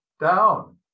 down